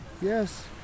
yes